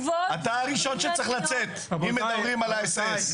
אתה הראשון שצריך לצאת אם מדברים על האס.אס.